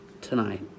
tonight